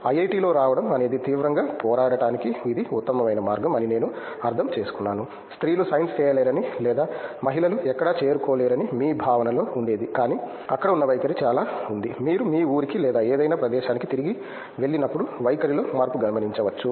ఐఐటికి రావడం అనేది తీవ్రంగా పోరాడటానికి ఇది ఉత్తమమైన మార్గం అని నేను అర్థం చేసుకున్నాను స్త్రీలు సైన్స్ చేయలేరని లేదా మహిళలు ఎక్కడా చేరుకోలేరని మీ భావనలో ఉండేది కానీ అక్కడ ఉన్న వైఖరి చాలా ఉంది మీరు మీ ఊరికి లేదా ఏదైనా ప్రదేశానికి తిరిగి వెళ్ళినప్పుడు వైఖరిలో మార్పు గమనించవచ్చు